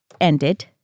ended